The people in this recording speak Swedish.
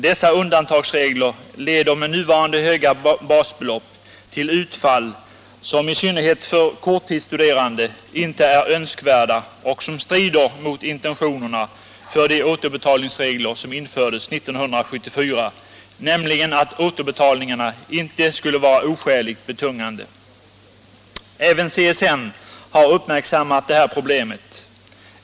Dessa undantagsregler leder — med nuvarande höga basbelopp -— till utfall som, i synnerhet för korttidsstuderande, inte är önskvärda och som strider mot intentionerna med de återbetalningsregler som infördes 1974, nämligen att återbetalningarna inte skulle vara oskäligt betungande. Även centrala studiemedelsnämnden har uppmärksammat det här problemet.